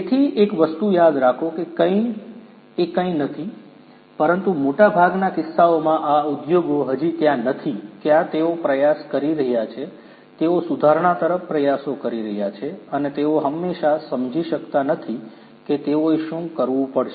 તેથી એક વસ્તુ યાદ રાખો કે કંઈ એ કંઈ નથી પરંતુ મોટાભાગના કિસ્સાઓમાં આ ઉદ્યોગો હજી ત્યાં નથી ત્યાં તેઓ પ્રયાસ કરી રહ્યા છે તેઓ સુધારણા તરફ પ્રયાસો કરી રહ્યા છે અને તેઓ હમેશા સમજી શકતા નથી કે તેઓએ શું કરવું પડશે